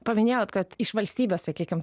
paminėjot kad iš valstybės sakykim